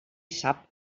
sap